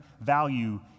value